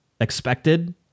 expected